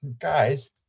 guys